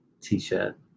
t-shirt